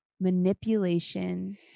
manipulation